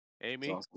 Amy